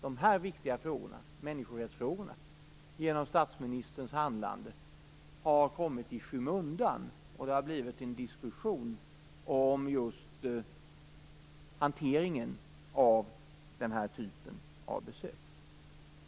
De viktiga människorättsfrågorna har i stället genom statsministerns handlande kommit i skymundan, och det har blivit en diskussion om just hanteringen av den här typen av besök.